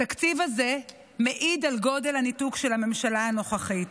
התקציב הזה מעיד על גודל הניתוק של הממשלה הנוכחית.